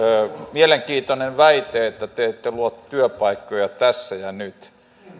mielenkiintoinen väite että te ette luo työpaikkoja tässä ja nyt